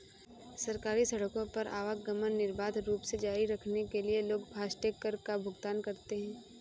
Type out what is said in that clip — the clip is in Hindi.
सरकारी सड़कों पर आवागमन निर्बाध रूप से जारी रखने के लिए लोग फास्टैग कर का भुगतान करते हैं